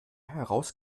heraus